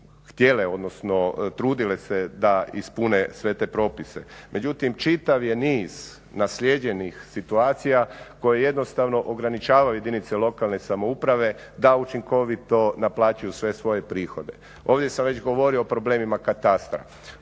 htjele, odnosno trudile se da ispune sve te propise. Međutim, čitav je niz naslijeđenih situacija koje jednostavno ograničavaju jedinice lokalne samouprave da učinkovito naplaćuju sve svoje prihode. Ovdje sam već govorio o problemima katastra,